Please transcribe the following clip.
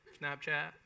Snapchat